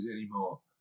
anymore